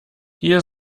hier